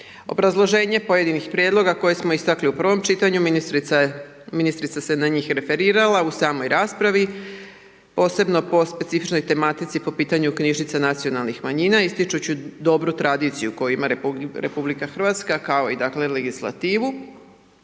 Obrazloženje pojedinih prijedloga koje smo istakli u prvom čitanju ministrica se na njih referirala u samoj raspravi posebno po specifičnoj tematici po pitanju knjižnica nacionalnih manjina ističući dobru tradiciju koju ima RH kao i dakle legislativu,